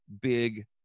big